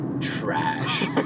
trash